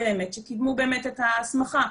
שקיבלו את ההסמכה,